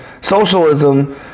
socialism